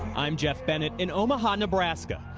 i am geoff bennett. in omaha, nebraska,